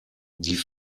die